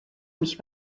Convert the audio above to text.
mich